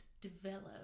develop